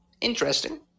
Interesting